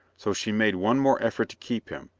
so she made one more effort to keep him,